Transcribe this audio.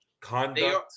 Conduct